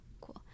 cool